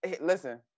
Listen